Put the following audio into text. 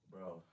Bro